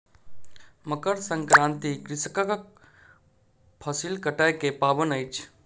मकर संक्रांति कृषकक फसिल कटै के पाबैन अछि